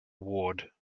ward